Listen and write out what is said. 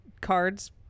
cards